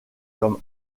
comme